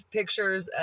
pictures